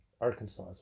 Arkansas